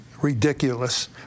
ridiculous